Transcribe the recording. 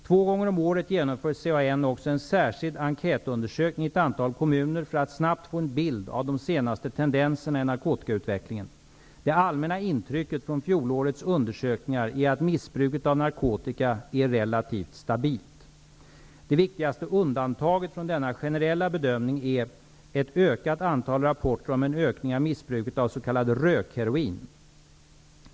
Två gånger om året genomför CAN också en särskild enkätundersökning i ett antal kommuner för att snabbt få en bild av de senaste tendenserna i narkotikautvecklingen. Det allmänna intrycket från fjolårets undersökningar är att missbruket av narkotika är relativt stabilt. Det viktigaste undantaget från denna generella bedömning är ett ökat antal rapporter om en ökning av missbruk av s.k. rökheroin.